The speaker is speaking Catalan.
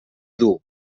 dur